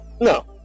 no